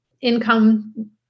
income